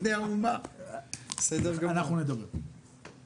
אנחנו נבדוק את